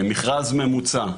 מכרז ממוצע,